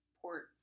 Port